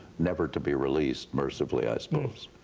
never to be released, mercifully i suppose.